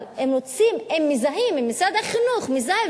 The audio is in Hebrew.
אבל האם משרד החינוך מזהה,